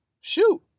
shoot